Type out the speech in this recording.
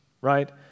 right